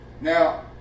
Now